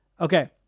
Okay